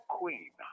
queen